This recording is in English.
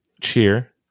cheer